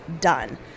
done